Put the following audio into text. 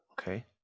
Okay